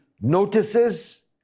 notices